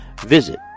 visit